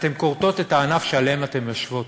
אתן כורתות את הענף שעליו אתן יושבות.